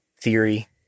theory